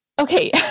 okay